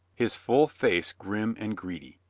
his full face grim and greedy.